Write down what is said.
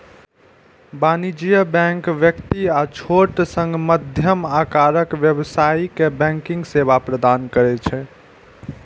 वाणिज्यिक बैंक व्यक्ति आ छोट सं मध्यम आकारक व्यवसायी कें बैंकिंग सेवा प्रदान करै छै